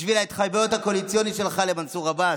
בשביל ההתחייבויות הקואליציוניות שלך למנסור עבאס.